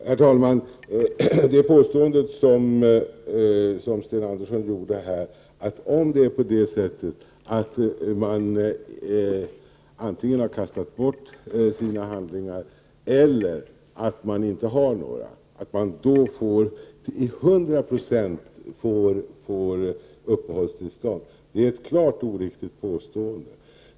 Herr talman! Det påstående som Sten Andersson i Malmö gjorde här om att det förhåller sig på så sätt att de som antingen har kastat bort sina handlingar eller inte har några till 100 90 får uppehållstillstånd är klart oriktigt påstående.